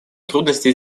трудности